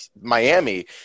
Miami